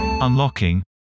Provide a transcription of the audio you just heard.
Unlocking